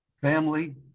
family